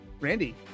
Randy